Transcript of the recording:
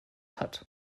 hat